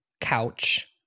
couch